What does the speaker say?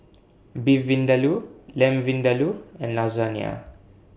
Beef Vindaloo Lamb Vindaloo and Lasagne